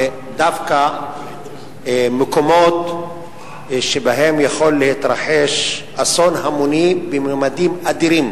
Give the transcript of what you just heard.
ודווקא מקומות שבהם יכול להתרחש אסון המוני בממדים אדירים,